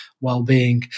well-being